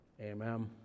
Amen